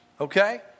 Okay